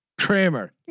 Kramer